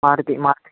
Maruti Maruti